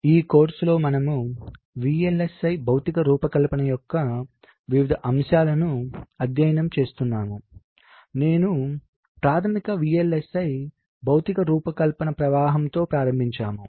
ఇప్పటివరకు ఈ కోర్సులో మనము VLSI భౌతిక రూపకల్పన యొక్క వివిధ అంశాలను అధ్యయనం చేస్తున్నాము నేను ప్రాథమిక VLSI భౌతిక రూపకల్పన ప్రవాహంతో ప్రారంభించాము